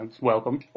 welcome